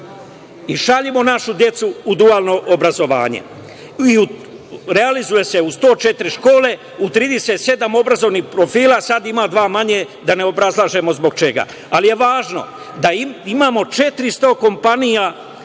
i šaljimo našu decu u dualno obrazovanje. Realizuje se u 104 škole, u 37 obrazovnih profila, sada ima dva manje, da ne obrazlažemo zbog čega. Ali je važno da imamo 400 kompanija koje